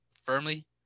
firmly